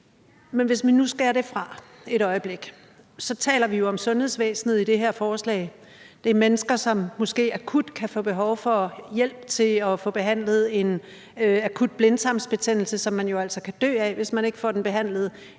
Men hvis man nu skærer det fra et øjeblik, så taler vi jo i det her forslag om sundhedsvæsenet. Det er mennesker, som måske akut kan få behov for hjælp til at få behandlet en akut blindtarmsbetændelse, som man jo altså kan dø af, hvis man ikke får den behandlet,